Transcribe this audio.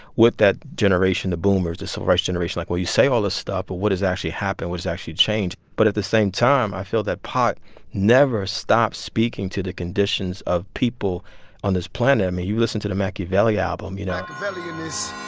that generation, the boomers, the civil rights generation. like, well, you say all this stuff, but what has actually happened? what has actually changed? but at the same time, i feel that pac never stopped speaking to the conditions of people on this planet. i mean, you listen to the makaveli album, you know. makaveli in this,